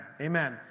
Amen